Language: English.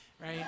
right